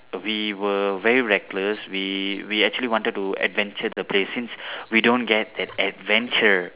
we were very reckless we we actually wanted to adventure the place since we don't get that adventure